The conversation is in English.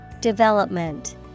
Development